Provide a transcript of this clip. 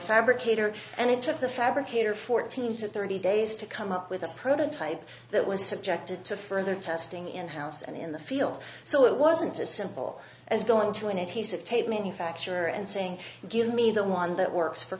fabricator and it took the fabricator fourteen to thirty days to come up with a prototype that was subjected to further testing in house and in the field so it wasn't as simple as going to an it he said tape manufacturer and saying give me the one that works for